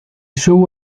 show